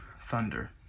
thunder